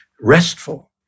restful